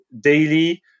daily